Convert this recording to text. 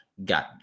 got